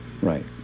Right